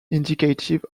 indicative